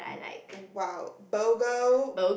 !wow! bogo